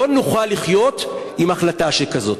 לא נוכל לחיות עם החלטה שכזאת.